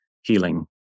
healing